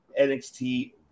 NXT